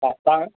हा तव्हां